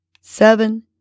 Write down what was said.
seven